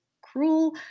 cruel